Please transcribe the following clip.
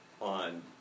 on